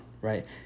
right